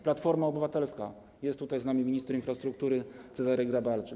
Platforma Obywatelska - jest tutaj z nami minister infrastruktury Cezary Grabarczyk.